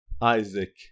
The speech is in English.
Isaac